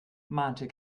mahnte